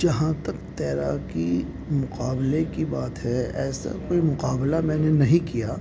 جہاں تک تیراکی مقابلے کی بات ہے ایسا کوئی مقابلہ میں نے نہیں کیا